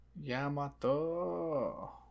Yamato